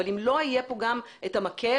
אבל אם לא יהיה פה גם את המקל,